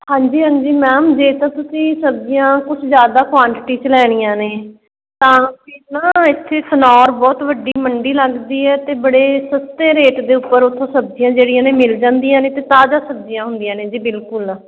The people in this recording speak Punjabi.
ਹਾਂਜੀ ਹਾਂਜੀ ਮੈਮ ਜੇ ਤਾਂ ਤੁਸੀਂ ਸਬਜ਼ੀਆਂ ਕੁਛ ਜ਼ਿਆਦਾ ਕੁਆਂਟੀਟੀ 'ਚ ਲੈਣੀਆਂ ਨੇ ਤਾਂ ਇੱਥੇ ਸਨੋਰ ਬਹੁਤ ਵੱਡੀ ਮੰਡੀ ਲੱਗਦੀ ਹੈ ਅਤੇ ਬੜੇ ਸਸਤੇ ਰੇਟ ਦੇ ਉੱਪਰ ਉੱਥੋਂ ਸਬਜ਼ੀਆਂ ਜਿਹੜੀਆਂ ਨੇ ਮਿਲ ਜਾਂਦੀਆਂ ਨੇ ਅਤੇ ਤਾਜ਼ਾ ਸਬਜ਼ੀਆਂ ਹੁੰਦੀਆਂ ਨੇ ਜੀ ਬਿਲਕੁਲ